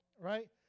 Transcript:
right